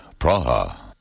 Praha